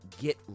get